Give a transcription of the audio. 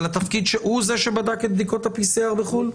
אבל הוא זה שבדק את בדיקות הPCR בחוץ לארץ?